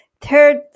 third